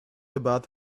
about